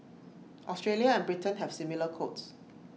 Australia and Britain have similar codes